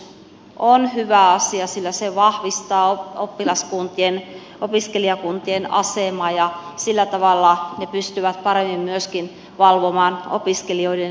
automaatiojäsenyys on hyvä asia sillä se vahvistaa opiskelijakuntien asemaa ja sillä tavalla ne pystyvät paremmin myöskin valvomaan opiskelijoiden etua